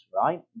right